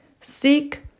Seek